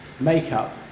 makeup